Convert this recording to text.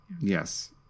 Yes